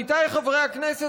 עמיתיי חברי הכנסת,